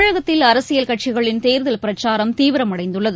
தமிழகத்தில் அரசியல் கட்சிகளின் தேர்தல் பிரச்சாரம் தீவிரம் அடைந்துள்ளது